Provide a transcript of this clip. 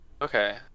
Okay